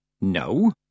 No